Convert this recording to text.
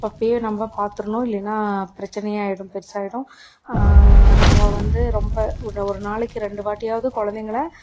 அப்பயே நம் பாத்துடணும் இல்லைன்னா பிரச்சனையாக ஆகிடும் பெருசாகிடும் நம்ம வந்து ரொம்ப ஒரு ஒரு நாளைக்கு ரெண்டுவாட்டியாவது குழந்தைங்கள